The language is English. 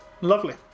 Lovely